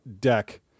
deck